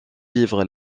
livre